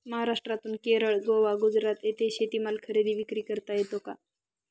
महाराष्ट्रातून केरळ, गोवा, गुजरात येथे शेतीमाल खरेदी विक्री करता येतो का?